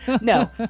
No